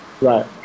Right